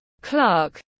Clark